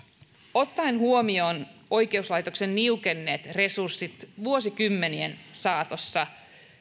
ottaen huomioon oikeuslaitoksen niukenneet resurssit vuosikymmenien saatossa